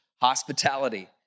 hospitality